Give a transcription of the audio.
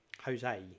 Jose